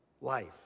life